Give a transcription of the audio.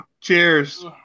Cheers